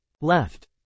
Left